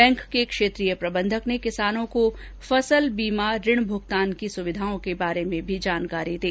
bank के क्षेत्रीय प्रबंधक ने किसानों को फसल बीमा ऋण भुगतान की सुविधाओं के बारे में भी जानकारी दी